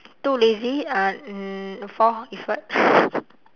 too lazy uh mm fourth is what